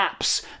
apps